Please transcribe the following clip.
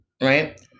right